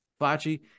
Fachi